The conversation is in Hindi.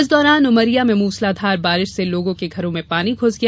इस दौरान उमरिया में मूसलाधार बारिश से लोगों के घरों में पानी घुस गया